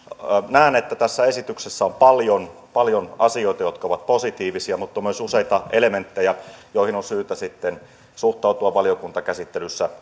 näen että tässä esityksessä on paljon paljon asioita jotka ovat positiivisia mutta myös useita elementtejä joihin on syytä sitten suhtautua valiokuntakäsittelyssä